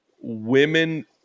women